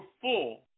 full